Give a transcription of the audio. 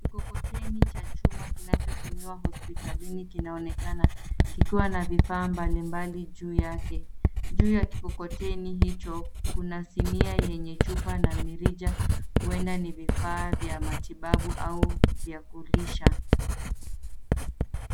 Kikokoteni cha chuma kinachotumiwa hospitalini kinaonekana kikiwa na vifaa mbalimbali juu yake. Juu ya kikokoteni hicho kuna sinia yenye chupa na mirija huenda ni vifaa vya matibabu au vya kulisha.